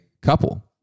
couple